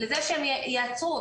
לזה שהם יעצרו.